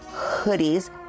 hoodies